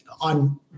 on